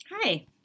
Hi